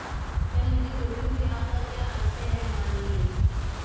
चल निधि जोखिम से आपका क्या आशय है, माननीय?